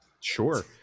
Sure